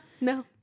no